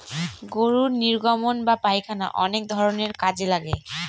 গরুর নির্গমন বা পায়খানা অনেক ধরনের কাজে লাগে